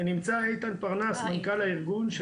נמצא איתן פרנס מנכ"ל הארגון,